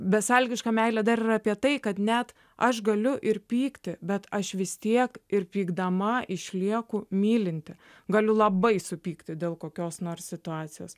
besąlygiška meilė dar apie tai kad net aš galiu ir pykti bet aš vis tiek ir pykdama išlieku mylinti galiu labai supykti dėl kokios nors situacijos